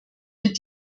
mit